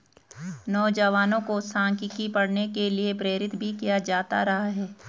नौजवानों को सांख्यिकी पढ़ने के लिये प्रेरित भी किया जाता रहा है